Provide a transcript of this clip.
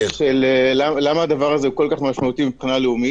כולם דיברו פה על חסכון.